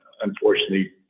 Unfortunately